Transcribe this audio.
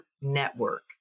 network